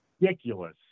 Ridiculous